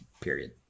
period